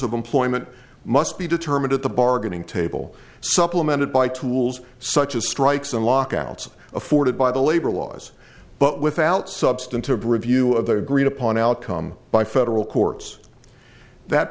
of employment must be determined at the bargaining table supplemented by tools such as strikes and lockouts afforded by the labor laws but without substantive review of the agreed upon outcome by federal courts that